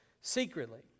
secretly